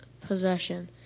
possession